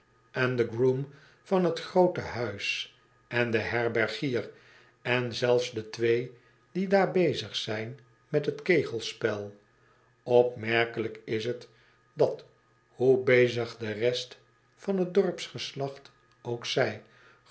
en de groom van t grootehuis en de herbergier en zelfs de twee die daar bezig zijn met t kegelspel opmerkelijk is t dat hoe bezig de rest van t dorpsgeslacht ook zij